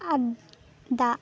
ᱟᱨ ᱫᱟᱜ